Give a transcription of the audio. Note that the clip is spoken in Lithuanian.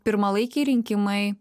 pirmalaikiai rinkimai